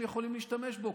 שהם יכולים להשתמש בו,